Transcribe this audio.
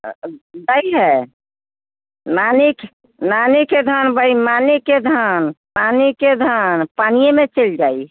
दै हय नानी नानीके धन बेइमानीके धन पानिके धन पानियेमे चलि जाइ हय